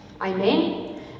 Amen